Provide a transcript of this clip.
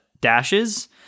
dashes